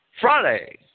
Friday